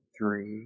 three